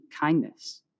kindness